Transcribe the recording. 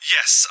Yes